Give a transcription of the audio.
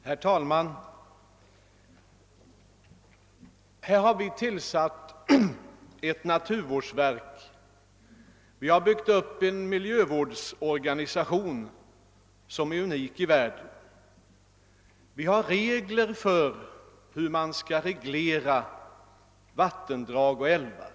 Herr talman! Här har vi tillsatt ett naturvårdsverk och byggt upp en miljövårdsorganisation som är unik i världen. Vi har regler för hur vi skall reglera vattendrag och älvar.